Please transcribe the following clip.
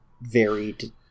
varied